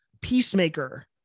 peacemaker